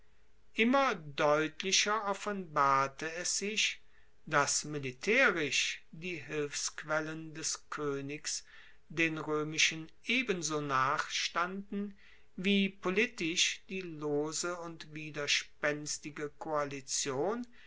immer deutlicher offenbarte es sich dass militaerisch die hilfsquellen des koenigs den roemischen ebenso nachstanden wie politisch die lose und widerspenstige koalition